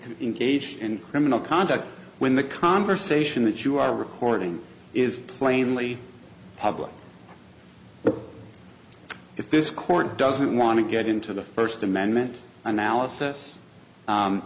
have engaged in criminal conduct when the conversation that you are recording is plainly public but if this court doesn't want to get into the first amendment analysis